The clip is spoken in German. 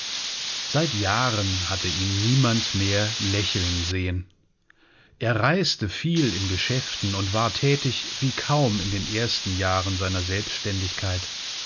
seit jahren hatte ihn niemand mehr lächeln sehen er reiste viel in geschäften und war thätig wie kaum in den ersten jahren seiner selbständigkeit